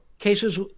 Cases